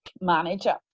manager